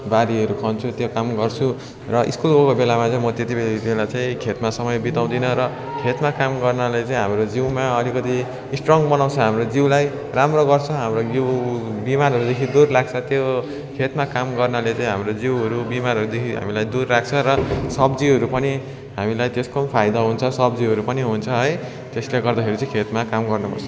बारीहरू खन्छु त्यो काम गर्छु र स्कुल गएको बेलामा चाहिँ म त्यति बेला चाहिँ खेतमा समय बिताउँदिनँ र खेतमा काम गर्नाले चाहिँ हाम्रो जिउमा अलिकति स्ट्रङ बनाउँछ हाम्रो जिउलाई राम्रो गर्छ हाम्रो जिउ बिमारहरूदेखि दूर राख्छ त्यो खेतमा काम गर्नाले चाहिँ हाम्रो जिउहरू बिमारहरूदेखि हामीलाई दूर राख्छ र सब्जीहरू पनि हामीलाई त्यसको फाइदा हुन्छ सब्जीहरू पनि हुन्छ है त्यसले गर्दाखेरि चाहिँ खेतमा काम गर्नु पर्छ